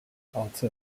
altı